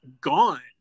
gone